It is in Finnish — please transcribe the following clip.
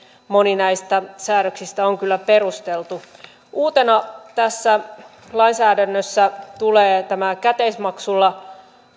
moni näistä säädöksistä on kyllä perusteltu uutena tässä lainsäädännössä tulee tämä käteismaksulla